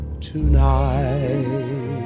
tonight